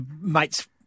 mate's